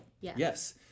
yes